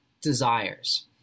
Desires